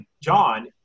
John